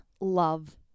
love